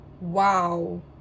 wow